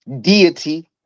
deity